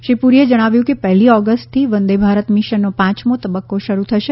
શ્રી પુરીએ જણાવ્યું કે પહેલી ઓગસ્ટથી વંદે ભારત મિશનનો પાંચમો તબક્કો શરૂ થશે